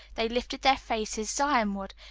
they lifted their faces zionward,